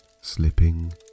slipping